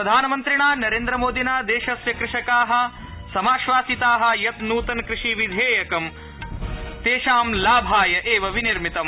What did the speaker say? प्रधानमन्त्रिणा नरेन्द्रमोदिना देशस्य कृषका समाश्वासिता यत् नूतनकृषकविधेयकं कृषकाणां लाभाय एव विनिर्मितम्